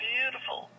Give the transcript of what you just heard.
Beautiful